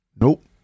Nope